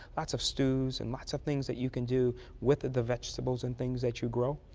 lots of stews and lots of things that you can do with the vegetables and things that you grow.